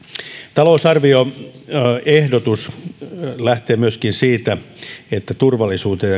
talousarvioehdotus lähtee myöskin siitä että turvallisuuteen